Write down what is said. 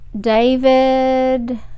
David